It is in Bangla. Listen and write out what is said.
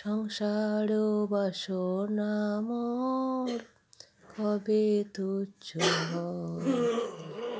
সংসার বাসনাময় কবে তুচ্ছ হবে